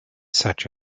such